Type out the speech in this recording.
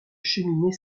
cheminée